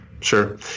Sure